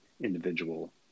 individual